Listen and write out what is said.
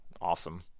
awesome